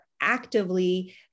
actively